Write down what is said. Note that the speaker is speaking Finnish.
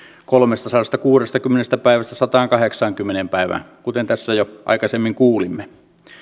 kolmestasadastakuudestakymmenestä päivästä sataankahdeksaankymmeneen päivään kuten tässä jo aikaisemmin kuulimme